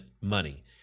money